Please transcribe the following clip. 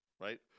right